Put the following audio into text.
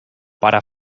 para